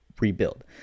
rebuild